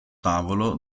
tavolo